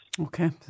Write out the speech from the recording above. Okay